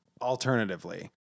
alternatively